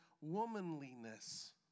womanliness